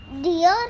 Dear